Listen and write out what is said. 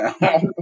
now